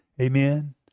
Amen